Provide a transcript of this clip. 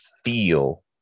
feel